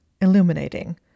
illuminating